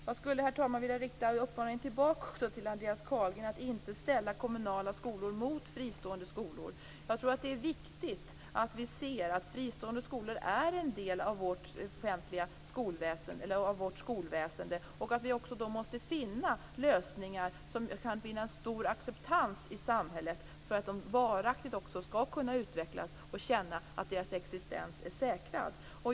Jag skulle, herr talman, vilja rikta en uppmaning tillbaka till Andreas Carlgren att inte ställa kommunala skolor mot fristående skolor. Det är viktigt att vi ser att fristående skolor är en del av vårt skolväsende. Vi måste därför finna lösningar som kan vinna stor acceptans i samhället för att de fristående skolorna varaktigt skall kunna utvecklas och känna att deras existens är säkrad.